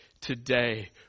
Today